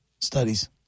studies